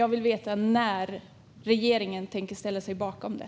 Jag vill veta när regeringen tänker ställa sig bakom det.